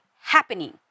happening